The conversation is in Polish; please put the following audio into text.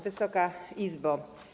Wysoka Izbo!